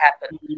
happen